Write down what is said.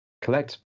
collect